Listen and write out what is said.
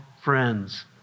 friends